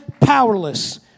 powerless